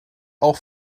auch